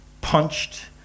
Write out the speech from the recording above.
punched